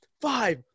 five